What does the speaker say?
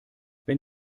wenn